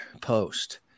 post